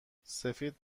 سفید